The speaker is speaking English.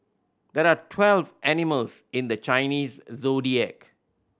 there are twelfth animals in the Chinese Zodiac